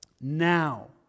now